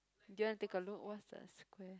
do you want take a look what's a square